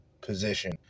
position